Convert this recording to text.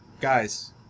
Guys